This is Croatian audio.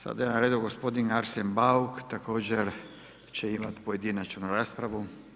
Sada je na redu gospodin Arsen Bauk, također će imat pojedinačnu raspravu.